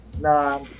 Nah